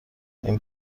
این